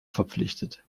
verpflichtet